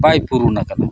ᱵᱟᱭ ᱯᱩᱨᱚᱱ ᱟᱠᱟᱱᱟ